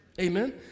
Amen